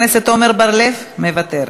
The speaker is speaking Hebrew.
חבר הכנסת עמר בר-לב, מוותר,